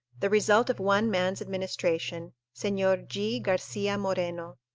the result of one man's administration senor g. garcia moreno.